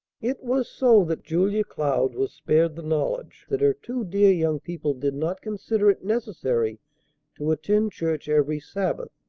it was so that julia cloud was spared the knowledge that her two dear young people did not consider it necessary to attend church every sabbath,